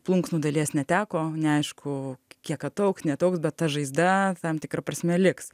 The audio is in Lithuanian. plunksnų dalies neteko neaišku kiek ataugs neataugs bet ta žaizda tam tikra prasme liks